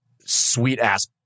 sweet-ass